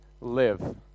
live